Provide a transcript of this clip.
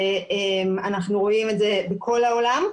אנחנו רואים את זה בכל העולם.